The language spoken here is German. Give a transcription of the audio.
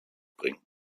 bringen